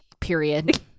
period